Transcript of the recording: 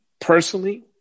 personally